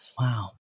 Wow